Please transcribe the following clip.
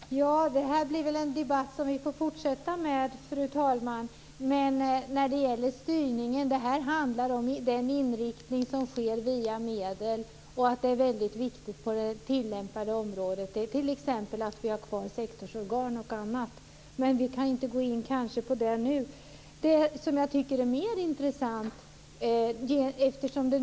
Fru talman! Det här blir väl en debatt som vi får fortsätta med. När det gäller styrningen handlar det om den inriktning som sker via medel. På det tillämpade området är det t.ex. väldigt viktigt att vi har kvar sektorsorgan och annat. Men det kan vi kanske inte gå in på nu.